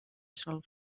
sol